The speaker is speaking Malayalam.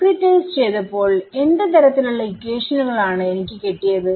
ഡിസ്ക്രിടൈസ് ചെയ്തപ്പോൾ എന്ത് തരത്തിലുള്ള ഇക്വേഷനുകൾ ആണ് എനിക്ക് കിട്ടിയത്